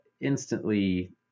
instantly